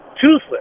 toothless